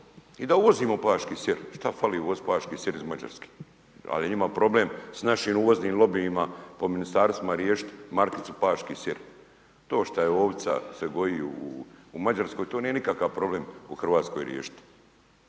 i da uvozimo paški sir, šta fali uvozit paški sir iz Mađarske. Ali je njima problem s našim uvoznim lobijima po ministarstvima riješiti markicu paški sir. To što je ovca se goji u Mađarskoj, to nije nikakav problem u Hrvatskoj riješiti.